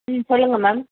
ம் சொல்லுங்க மேம்